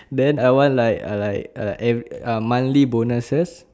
then I want like ah like ah like ev~ ah monthly bonuses